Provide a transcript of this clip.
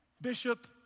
Bishop